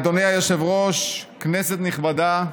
אדוני היושב-ראש, כנסת נכבדה,